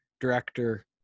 director